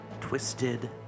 Twisted